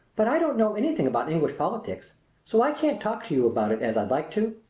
but i don't know anything about english politics so i can't talk to you about it as i'd like to.